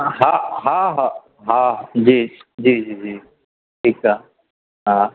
ह हा हा हा जी जी जी जी ठीकु आहे हा